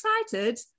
excited